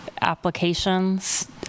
applications